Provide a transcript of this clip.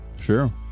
Sure